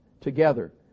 together